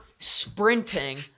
sprinting